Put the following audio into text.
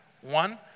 One